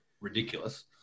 ridiculous